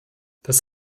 das